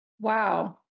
Wow